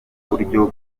buryo